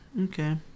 Okay